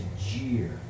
jeer